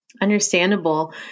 Understandable